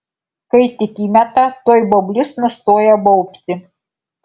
kai tik įmeta tuoj baublys nustoja baubti